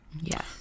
Yes